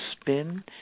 spin